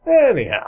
anyhow